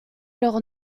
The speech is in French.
leur